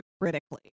critically